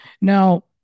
Now